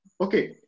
Okay